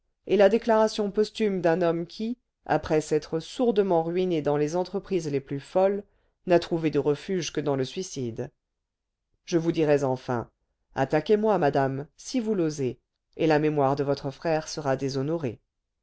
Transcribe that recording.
et la déclaration posthume d'un homme qui après s'être sourdement ruiné dans les entreprises les plus folles n'a trouvé de refuge que dans le suicide je vous dirais enfin attaquez moi madame si vous l'osez et la mémoire de votre frère sera déshonorée